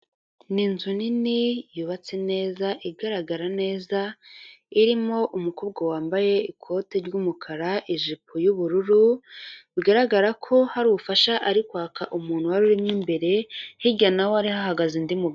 Ni inzu nini yubatse neza igaragara neza, irimo umukobwa wambaye ikote ry'umukara, ijipo y'ubururu, bigaragara ko hari ubufasha ari kwaka umuntu wari uri mo imbere, hirya naho hari hahagaze undi mugabo.